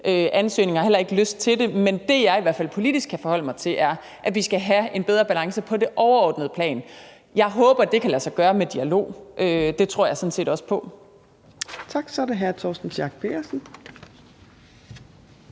ansøgning, og jeg har heller ikke lyst til det, men det, jeg i hvert fald politisk kan forholde mig til, er, at vi skal have en bedre balance på det overordnede plan. Jeg håber, det kan lade sig gøre med dialog. Det tror jeg sådan set også på at det kan. Kl. 15:33 Fjerde